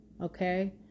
Okay